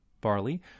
barley